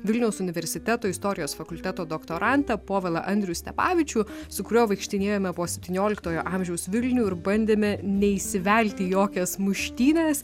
vilniaus universiteto istorijos fakulteto doktorantą povilą andrių stepavičių su kuriuo vaikštinėjome po septynioliktojo amžiaus vilnių ir bandėme neįsivelti į jokias muštynes